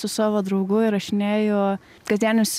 su savo draugu įrašinėju kasdienius